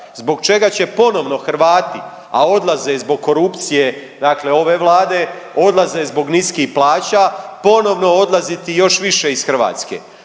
zbog čega će ponovno Hrvati, a odlaze zbog korupcije, dakle ove Vlade, odlaze zbog niskih plaća, ponovno odlaziti još više iz Hrvatske,